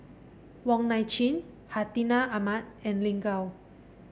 Wong Nai Chin Hartinah Ahmad and Lin Gao